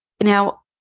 Now